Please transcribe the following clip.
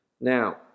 Now